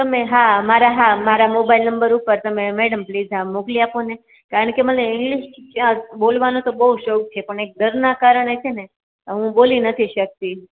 મેં હા મારા હા મારા મોબાઈલ નંબર ઉપર તમે મેડમ પ્લીઝ આ મોકલી આપોને કારણકે મને ઇંગ્લિશ બોલવાનો તો બહુ શોખ છે પણ એક ડરના કારણે છે ને આ હું બોલી નથી શકતી